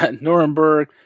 Nuremberg